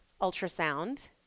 ultrasound